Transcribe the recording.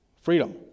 freedom